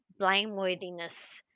blameworthiness